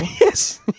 Yes